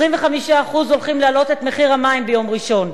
ב-25% הולכים להעלות את מחיר המים ביום ראשון.